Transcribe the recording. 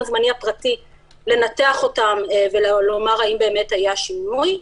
זמני הפרטי לנתח אותם ולומר האם באמת היה שינוי.